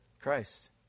Christ